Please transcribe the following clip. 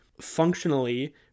functionally